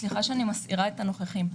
סליחה שאני מסעירה את הנוכחים.